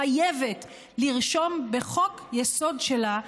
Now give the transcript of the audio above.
חייבת לרשום בחוק-היסוד שלה,